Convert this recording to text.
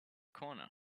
corner